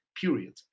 period